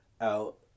out